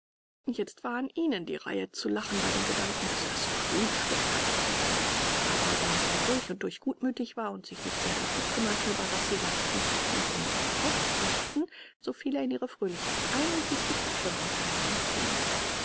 jetzt an ihnen die reihe zu lachen bei dem gedanken daß er scrooge gepackt hätte aber da er durch und durch gutmütig war und sich nicht sehr darum kümmerte über was sie lachten wenn sie nur überhaupt lachten so fiel er in ihre fröhlichkeit ein und ließ die flasche munter